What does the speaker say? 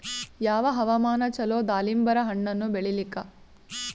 ಯಾವ ಹವಾಮಾನ ಚಲೋ ದಾಲಿಂಬರ ಹಣ್ಣನ್ನ ಬೆಳಿಲಿಕ?